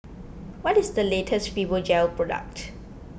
what is the latest Fibogel product